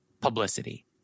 publicity